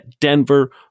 Denver